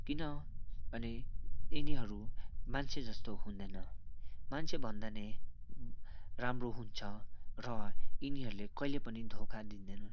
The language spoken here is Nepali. किनभने यिनीहरू मान्छे जस्तो हुँदैन मान्छेभन्दा पनि राम्रो हुन्छ र यिनीहरूले कहिले पनि धोका दिँदैन